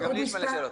לי יש מלא שאלות.